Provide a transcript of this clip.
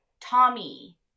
Tommy